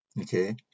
Okay